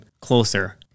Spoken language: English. closer